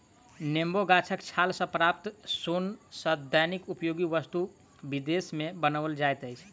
नेबो गाछक छाल सॅ प्राप्त सोन सॅ दैनिक उपयोगी वस्तु विदेश मे बनाओल जाइत अछि